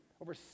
Over